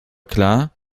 klar